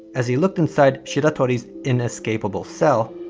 as he looked inside shiratori's inescapable cell,